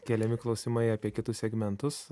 keliami klausimai apie kitus segmentus